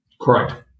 Correct